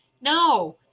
No